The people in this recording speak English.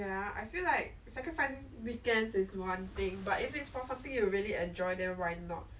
I was really too scared to go back but then like I think for dragon boat because it's it wasn't so much of a fear thing